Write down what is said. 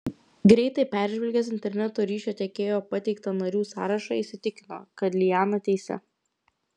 greitai peržvelgęs interneto ryšio tiekėjo pateiktą narių sąrašą įsitikino kad liana teisi